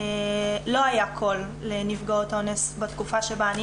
לא היה קול לנפגעות אונס בתקופה שבה אני